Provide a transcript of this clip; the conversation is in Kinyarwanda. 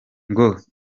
ngo